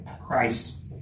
Christ